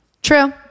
True